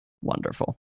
wonderful